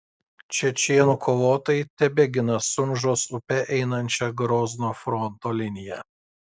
čečėnų kovotojai tebegina sunžos upe einančią grozno fronto liniją